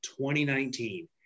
2019